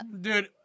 Dude